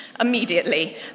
immediately